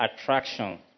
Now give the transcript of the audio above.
attraction